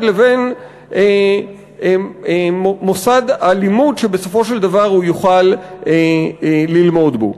לבין מוסד הלימוד שבסופו של דבר הוא יוכל ללמוד בו,